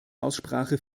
aussprache